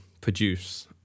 produce